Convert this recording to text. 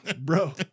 bro